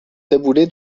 taboulé